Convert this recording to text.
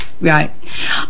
right